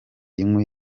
inkwi